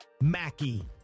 Mackie